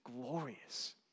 glorious